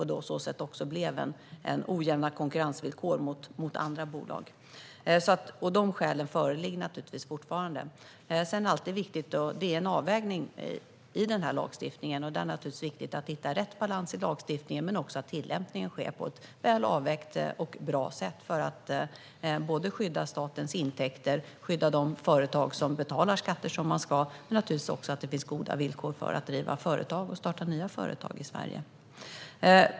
På så sätt blev det ojämna konkurrensvillkor i förhållande till andra bolag. Dessa skäl föreligger naturligtvis fortfarande. Det är en avvägning, och det är naturligtvis viktigt att hitta rätt balans i lagstiftningen liksom att tillämpningen sker på ett väl avvägt och bra sätt för att både skydda statens intäkter och skydda de företag som betalar skatter som man ska. Det handlar naturligtvis också om att det ska finnas goda villkor att driva och starta nya företag i Sverige.